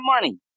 money